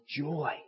joy